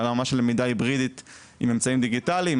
אלא רמה של למידה היברידית עם אמצעים דיגיטליים,